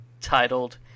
titled